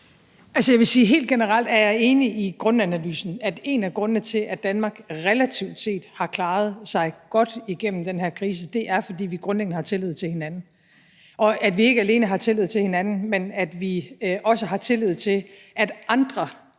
Altså, jeg vil sige, at jeg helt generelt er enig i grundanalysen, nemlig at en af grundene til, at Danmark relativt set har klaret sig godt igennem den her krise, er, at vi grundlæggende har tillid til hinanden. Og vi har ikke alene tillid til hinanden, men vi har også tillid til, at andre